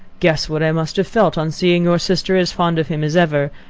guess what i must have felt on seeing your sister as fond of him as ever,